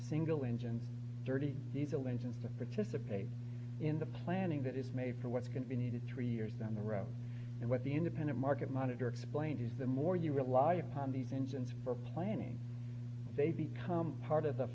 single engine dirty diesel engines and participate in the planning that is made for what's going to be needed three years down the road and what the independent market monitor explained is the more you rely upon these engines for planning they become part of the